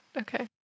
okay